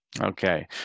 Okay